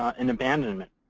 an abandonment